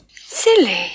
Silly